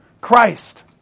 Christ